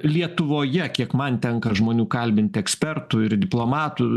lietuvoje kiek man tenka žmonių kalbinti ekspertų ir diplomatų